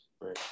right